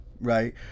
right